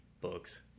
books